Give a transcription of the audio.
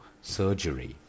surgery